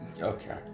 Okay